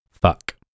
Fuck